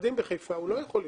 למשרדים בחיפה הוא לא יכול לנסוע.